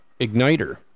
igniter